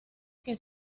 que